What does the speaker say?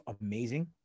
amazing